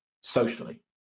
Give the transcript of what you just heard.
socially